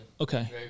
Okay